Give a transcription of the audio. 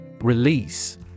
Release